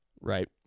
Right